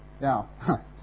Now